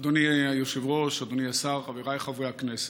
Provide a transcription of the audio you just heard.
אדוני היושב-ראש, אדוני השר, חבריי חברי הכנסת,